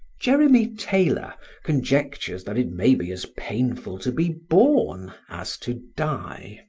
jeremy taylor conjectures that it may be as painful to be born as to die.